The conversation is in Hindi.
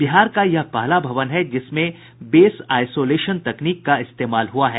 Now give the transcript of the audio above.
बिहार का यह पहला भवन है जिसमें बेस आइसोलेशन तकनीक का इस्तेमाल हुआ है